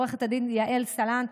עו"ד יעל סלנט,